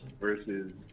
versus